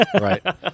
Right